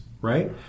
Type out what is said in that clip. right